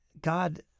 God